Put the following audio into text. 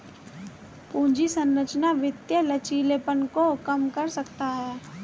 पूंजी संरचना वित्तीय लचीलेपन को कम कर सकता है